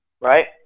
Right